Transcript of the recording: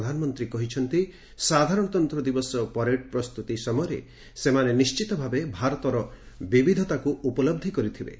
ପ୍ରଧାନମନ୍ତ୍ରୀ କହିଛନ୍ତି ସାଧାରଣତନ୍ତ୍ର ଦିବସ ପାରେଡ୍ ପ୍ରସ୍ତୁତି ସମୟରେ ସେମାନେ ନିଣ୍ଚିତ ଭାବେ ଭାରତର ବିବିଧତା ଉପଲହ୍ଧ କରିଥିବେ